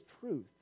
truth